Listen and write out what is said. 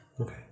Okay